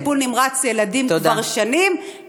אין מחלקת טיפול נמרץ ילדים כבר שנים, תודה.